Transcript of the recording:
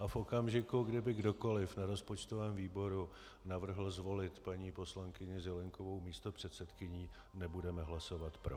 A v okamžiku, kdy by kdokoliv na rozpočtovém výboru navrhl zvolit paní poslankyni Zelienkovou místopředsedkyní, nebudeme hlasovat pro.